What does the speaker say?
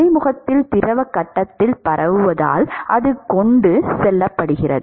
இடைமுகத்தில் திரவ கட்டத்தில் பரவுவதால் அது கொண்டு செல்லப்படுகிறது